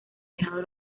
dejado